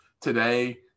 today